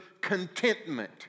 contentment